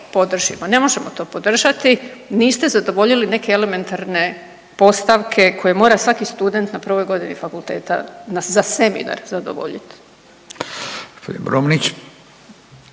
ne možemo to podržati, niste zadovoljiti neke elementarne postavke koje mora svaki student na prvoj godini fakulteta za seminar zadovoljiti.